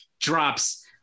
drops